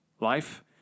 Life